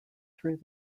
through